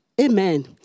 amen